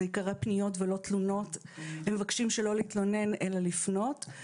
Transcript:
ייקרא פניות ולא תלונות - הם מבקשים שלא להתלונן אלא לפנות.